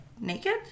naked